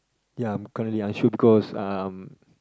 ya currently unsure because um